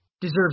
deserves